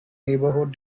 neighborhood